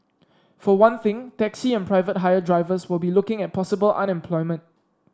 for one thing taxi and private hire drivers will be looking at possible unemployment